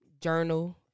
journal